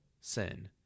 sin